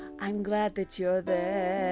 i'm glad that you're there.